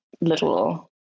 little